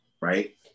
right